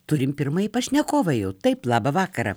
turim pirmąjį pašnekovą jau taip labą vakarą